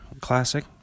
classic